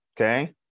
okay